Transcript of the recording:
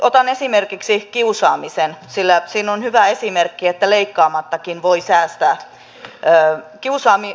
otan esimerkiksi kiusaamisen sillä siinä on hyvä esimerkki että leikkaamattakin voi säästää